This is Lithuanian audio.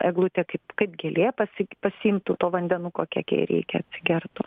eglutė kaip kaip gėlė pasi pasiimtų to vandenuko kiek jai reikia atsigertų